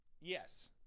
Yes